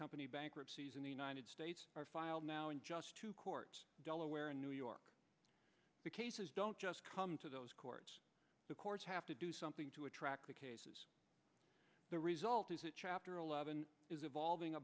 company bankruptcies in the united states are filed now in just two courts delaware and new york the cases don't just come to those courts the courts have to do something to attract the cases the result is that chapter eleven is evolving a